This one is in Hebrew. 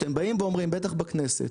כשאתם באים ואומרים, בטח בכנסת,